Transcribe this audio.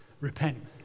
Repent